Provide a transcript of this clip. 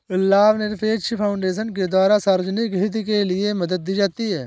लाभनिरपेक्ष फाउन्डेशन के द्वारा सार्वजनिक हित के लिये मदद दी जाती है